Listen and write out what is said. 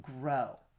grow